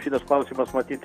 šitas klausimas matyt